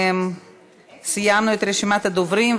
סיימנו את רשימת הדוברים,